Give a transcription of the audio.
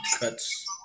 cuts